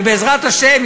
ובעזרת השם,